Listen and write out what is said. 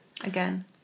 again